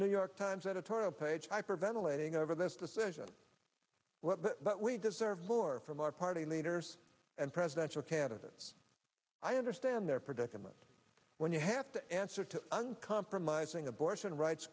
new york times editorial page hyperventilating over this decision but we deserve more from our party leaders and presidential candidates i understand their predicament when you have to answer to uncompromising abortion rights